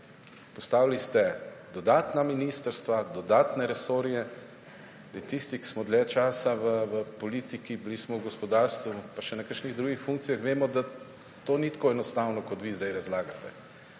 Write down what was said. Postavili ste dodatna ministrstva, dodatne resorje. Tisti, ki smo dlje časa v politiki, bili smo v gospodarstvu in še na kakšnih drugih funkcijah, vemo, da to ni tako enostavno, kot vi zdaj razlagate.